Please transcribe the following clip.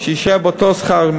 שיישאר באותו שכר.